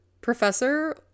Professor